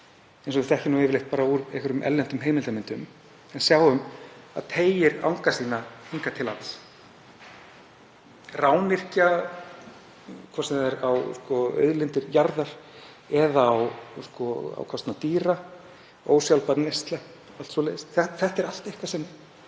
eins og við þekkjum nú yfirleitt úr einhverjum erlendum heimildarmyndum en sjáum að teygir anga sína hingað til lands. Rányrkja, hvort sem það er á auðlindir jarðar eða á kostnað dýra, ósjálfbær neysla, allt svoleiðis, þetta er allt eitthvað sem